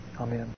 Amen